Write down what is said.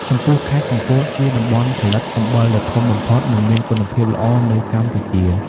ចំពោះ ខេត្តកំពត ជាតំបន់ផលិតអំបិលដ៏ធំបំផុត និងមានគុណភាពល្អនៅកម្ពុជា។